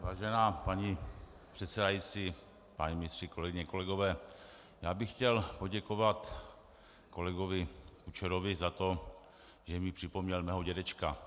Vážená paní předsedající, páni ministři, kolegyně, kolegové, já bych chtěl poděkovat kolegovi Kučerovi za to, že mi připomněl mého dědečka.